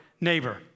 neighbor